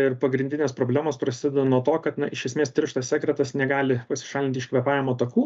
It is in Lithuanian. ir pagrindinės problemos prasideda nuo to kad na iš esmės tirštas sekretas negali pasišalinti iš kvėpavimo takų